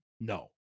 No